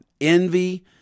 envy